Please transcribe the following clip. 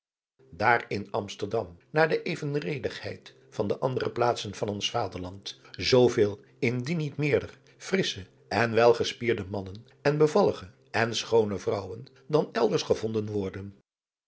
daar in amsterdam naar evenredigheid van de andere plaatsen van ons vaderland zooveel indien niet meerder frissche en welgespierde mannen en bevallige en schoone vrouwen dan elders gevonden worden